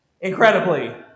Incredibly